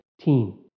team